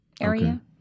area